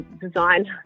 design